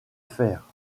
faire